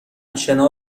شنا